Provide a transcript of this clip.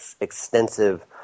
extensive